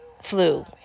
flu